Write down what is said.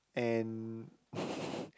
and